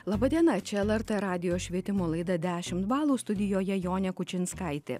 laba diena čia lrt radijo švietimo laida dešimt balų studijoje jonė kučinskaitė